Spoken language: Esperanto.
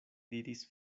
diris